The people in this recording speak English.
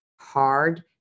hard